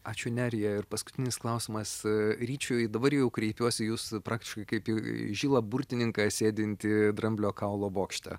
ačiū nerija ir paskutinis klausimas ryčiui dabar jau kreipiuosi į jus praktiškai kaip jau į žilą burtininką sėdintį dramblio kaulo bokšte